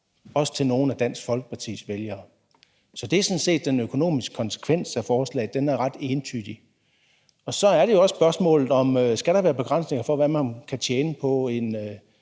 også til nogle af Dansk Folkepartis vælgere. Så det er sådan set den økonomiske konsekvens af forslaget; den er ret entydig. Så er der jo også spørgsmålet om, om der skal være begrænsninger for, hvad man kan tjene på en